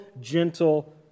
gentle